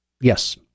Yes